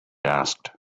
asked